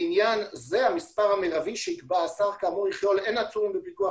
לעניין זה המספר המרבי שיקבע השר יכלול הן עצורים בפיקוח